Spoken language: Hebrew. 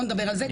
לא נדבר על זה.